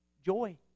Joy